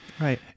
Right